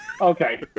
Okay